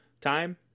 time